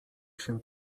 się